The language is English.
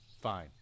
Fine